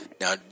Now